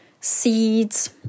seeds